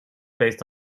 based